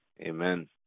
Amen